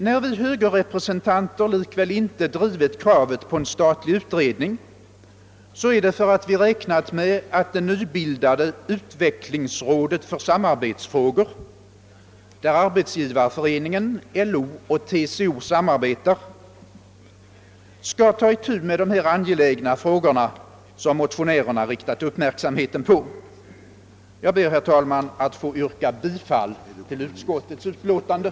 När vi högerrepresentanter likväl inte drivit kravet på en statlig utredning är det för att vi räknat med att det nybildade Utvecklingsrådet för samarbetsfrågor, där SAF, LO och TCO samarbetar, skall ta itu med de angelägna frågor som motionärerna riktat uppmärksamheten på. Jag ber, herr talman, att få yrka bifall till utskottets hemställan.